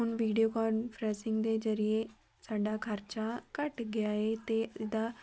ਹੁਣ video conferencing ਦੇ ਜ਼ਰੀਏ ਸਾਡਾ ਖਰਚਾ ਘੱਟ ਗਿਆ ਏ ਅਤੇ ਇਹਦਾ